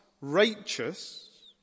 righteous